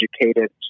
educated